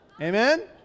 Amen